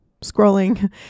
scrolling